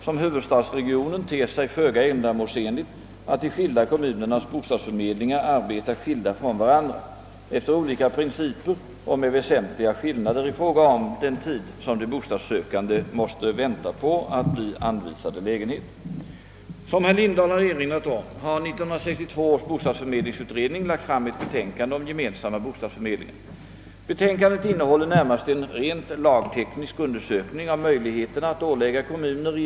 Det ter sig därför föga ändamålsenligt att de olika kommunerna har bostadsförmedlingsorgan, som arbetar i huvudsak skilda från varandra efter delvis olika principer och med väsentliga skillnader i fråga om den tid som de bostadssökande måste vänta på anvisning av lägenhet. Visserligen finns ett för Storstockholms kommuner gemensamt förmedlingsregister, men detta har en obetydlig effekt på fördelningen av lägenheter.